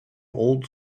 old